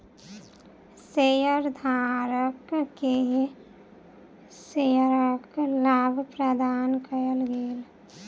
शेयरधारक के शेयरक लाभ प्रदान कयल गेल